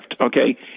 okay